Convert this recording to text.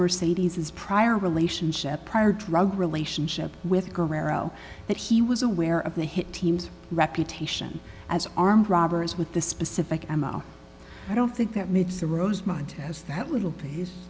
mercedes his prior relationship prior drug relationship with guerrero that he was aware of the hit team's reputation as armed robbers with the specific ammo i don't think that needs to rosemont as that little